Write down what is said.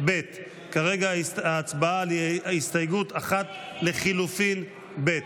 כרגע ההצבעה היא על הסתייגות 1 לחלופין ב'.